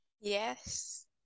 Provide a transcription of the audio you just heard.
Yes